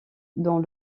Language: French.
dont